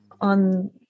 on